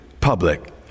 public